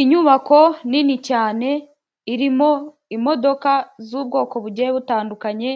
Inyubako nini cyane irimo imodoka z'ubwoko bugiye butandukanye